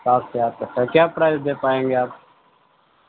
آپ کے آپ کا سر کیا پرائز دے پائیں گے آپ